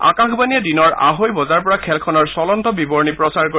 আকাশবাণীয়ে দিনৰ আঢ়ৈ বজাৰ পৰা খেলখনৰ চলন্ত বিৱৰণী প্ৰচাৰ কৰিব